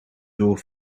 door